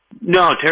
No